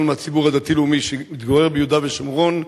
מהציבור הדתי-לאומי שמתגורר ביהודה ושומרון: